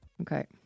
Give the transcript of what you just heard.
Okay